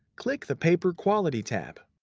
click the paper quality tab.